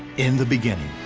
in the beginning.